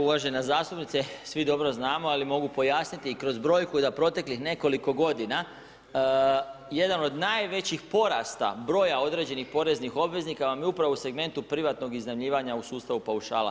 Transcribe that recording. Uvažena zastupnice, svi dobro znamo ali mogu pojasniti i kroz brojku da proteklih nekoliko godina jedan od najvećih porasta broja određenih poreznih obveznika vam je upravo u segmentu privatnog iznajmljivanja u sustavu paušala.